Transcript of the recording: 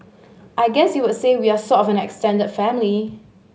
I guess you would say we are sort of an extended family